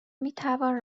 میتوان